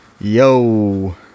yo